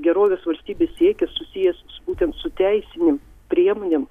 gerovės valstybės siekis susijęs su būtent su teisinėm priemonėm